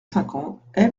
cinquante